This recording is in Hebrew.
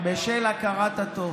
בשל הכרת הטוב.